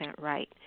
right